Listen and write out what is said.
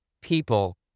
people